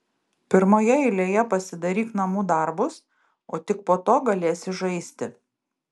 pirmoje eilėje pasidaryk namų darbus o tik po to galėsi žaisti